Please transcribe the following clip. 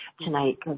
tonight